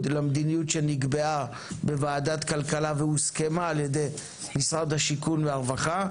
למדיניות שנקבעה בוועדת כלכלה והוסכמה על ידי משרד השיכון והרווחה,